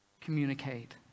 communicate